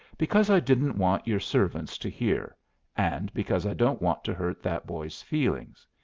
because i didn't want your servants to hear and because i don't want to hurt that boy's feelings.